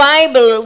Bible